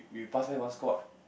we pass by one squad